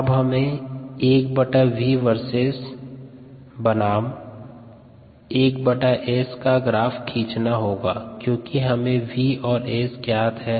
Time min 5 15 35 75 S mM 1885 1675 132 78 v mM min 1 023 019 0173 0112 अब हमें 1v versus 1S का graph खींचना होगा क्योंकि हमें v और S ज्ञात हैं